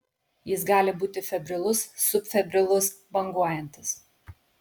jis gali būti febrilus subfebrilus banguojantis